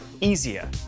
easier